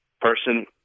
person